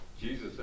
Jesus